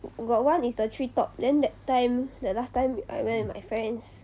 got one is the tree top then that time the last time I went with my friends